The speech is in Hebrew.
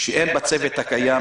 לפקח על זה.